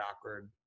awkward